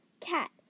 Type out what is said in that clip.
Cat